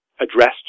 addressed